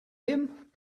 him